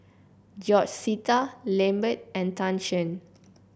George Sita Lambert and Tan Shen